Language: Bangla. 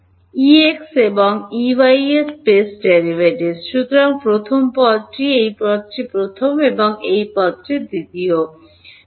প্রাক্তন এবং আই এর স্পেস ডেরিভেটিভস সুতরাং প্রথম পদটি এটি প্রথম পদ এবং এটি দ্বিতীয় পদ